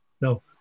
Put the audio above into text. no